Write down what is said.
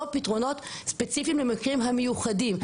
פתרונות ספציפיים למקרים המיוחדים.